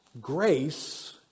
grace